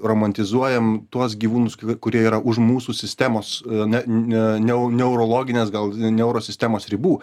romantizuojam tuos gyvūnus kurie yra už mūsų sistemos na ne ne neurologinės gal neuro sistemos ribų